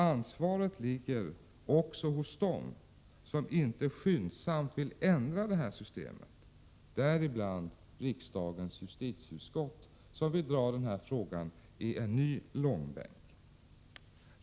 Ansvaret ligger också hos dem som inte skyndsamt vill ändra systemet, däribland riksdagens justitieutskott, som vill dra den här frågan i en ny långbänk.